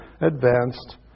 advanced